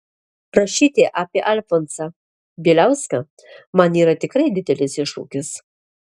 rašyti apie alfonsą bieliauską man yra tikrai didelis iššūkis